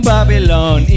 Babylon